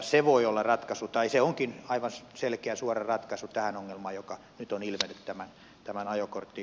se onkin aivan selkeä suora ratkaisu tähän ongelmaan joka nyt oli lisättävä tämän ajokortti